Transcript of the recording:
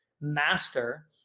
master